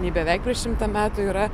ji beveik prieš šimtą metų yra